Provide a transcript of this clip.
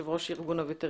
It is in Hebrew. יושב ראש ארגון הווטרינרים.